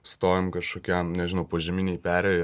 stovim kažkokiam nežinau požeminėj perėjoj